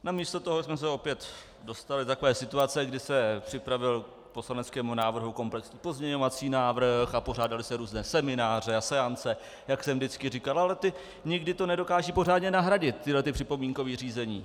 Namísto toho jsme se opět dostali do takové situace, kdy se připravil k poslaneckému návrhu komplexní pozměňovací návrh a pořádaly se různé semináře a seance, jak jsem vždycky říkal, ale ty nikdy nedokážou pořádně nahradit ta připomínková řízení.